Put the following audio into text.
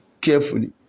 carefully